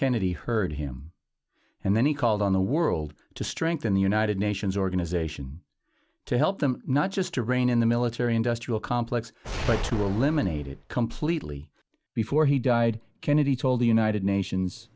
kennedy heard him and then he called on the world to strengthen the united nations organization to help them not just to rein in the military industrial complex but to eliminate it completely before he died kennedy told the united nations